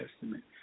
Testament